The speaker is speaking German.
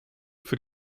für